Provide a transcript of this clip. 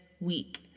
week